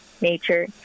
nature